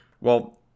Well-